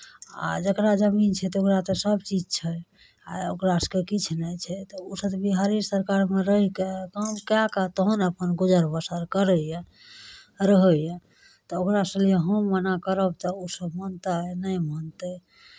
आ जकरा जमीन छै तऽ ओकरा तऽ सभ चीज छै आ ओकरा सभके किछु नहि छै तऽ ओसभ बिहार सरकारमे रहि कऽ काम कए कऽ तहन अपन गुजर बसर करैए रहैए तऽ ओकरा सभ लिए हम मना करब तऽ ओसभ मानतै नहि मानतै